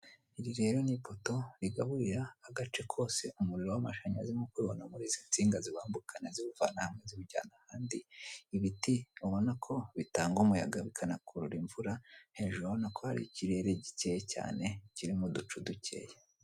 Iri rero ni ipoto rigaburira agace kose umuriro w'amashanyarazi nkuko ubibona muri izi nsinga ziwambukana ziwuvana hamwe ziwujyana ahandi ibiti ubonako bitanga umuyaga bikanakurura imvura hejuru urabonako hari ikirere gikeye cyane kirimo uducu dukeya.